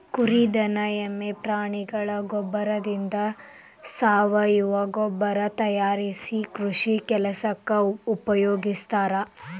ಕುರಿ ದನ ಎಮ್ಮೆ ಪ್ರಾಣಿಗಳ ಗೋಬ್ಬರದಿಂದ ಸಾವಯವ ಗೊಬ್ಬರ ತಯಾರಿಸಿ ಕೃಷಿ ಕೆಲಸಕ್ಕ ಉಪಯೋಗಸ್ತಾರ